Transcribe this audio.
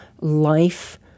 life